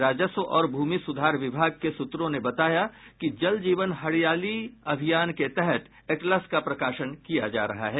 राजस्व और भूमि सुधार विभाग के सूत्रों ने बताया कि जल जीवन हरियाली अभियान के तहत एटलस का प्रकाशन किया जा रहा है